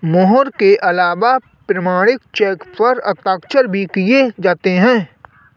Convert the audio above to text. मोहर के अलावा प्रमाणिक चेक पर हस्ताक्षर भी किये जाते हैं